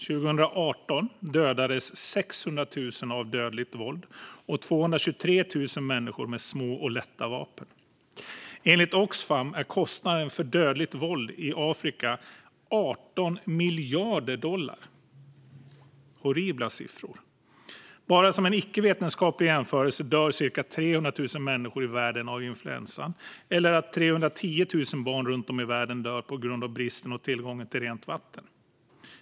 År 2018 dödades 600 000 människor av dödligt våld och 223 000 med små och lätta vapen. Enligt Oxfam är kostnaden för dödligt våld i Afrika 18 miljarder dollar. Det är horribla siffror. Bara som en icke-vetenskaplig jämförelse kan jag säga att ca 300 000 människor i världen dör av influensan och att 310 000 barn runt om i världen dör på grund av bristen på tillgång till rent vatten.